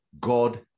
God